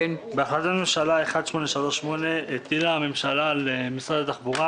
בהחלטת הממשלה 1838 הטילה הממשלה על משרד התחבורה